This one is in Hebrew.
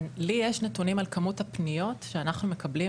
לי יש נתונים עם כמות הפניות שאנחנו מקבלים